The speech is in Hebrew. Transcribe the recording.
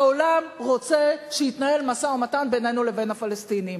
העולם רוצה שיתנהל משא-ומתן בינינו לבין הפלסטינים.